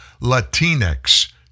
Latinx